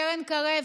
קרן קרב,